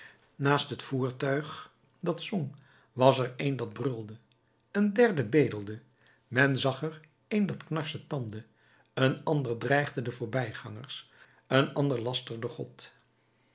naast het voertuig dat zong was er een dat brulde een derde bedelde men zag er een dat knarsetandde een ander dreigde de voorbijgangers een ander lasterde god